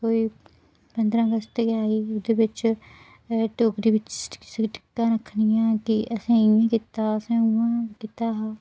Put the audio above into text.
कोई पंदरां अगस्त गै आई उत्थै डोगरी बिच स्किट गै रक्खनी असें इं'या कीता असें उ'आं गै कीता हा